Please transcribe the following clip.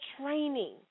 training